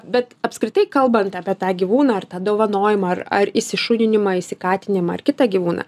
bet apskritai kalbant apie tą gyvūną ar tą dovanojimą ar ar įsišuninimą įsikatinimą ar kitą gyvūną